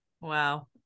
wow